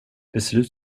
beslut